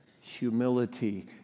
humility